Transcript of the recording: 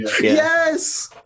yes